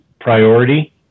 priority